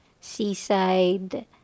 seaside